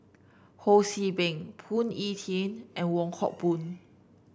Ho See Beng Phoon Yew Tien and Wong Hock Boon